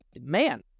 man